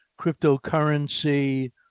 cryptocurrency